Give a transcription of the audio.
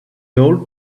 old